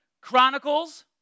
chronicles